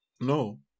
No